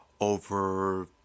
over